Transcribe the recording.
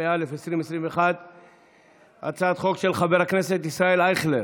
התשפ"א 2021. הצעת החוק של חבר הכנסת ישראל אייכלר,